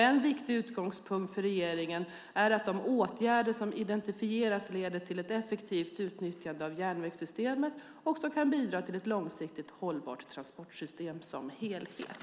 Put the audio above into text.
En viktig utgångspunkt för regeringen är att de åtgärder som identifieras leder till ett effektivt utnyttjande av järnvägssystemet och kan bidra till ett långsiktigt hållbart transportsystem som helhet.